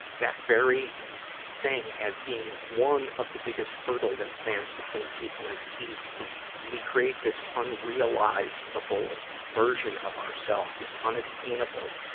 that very thing as being one of the biggest hurdle that stands between people and peace is, we create this unrealizable version of ourselves, this unattainable,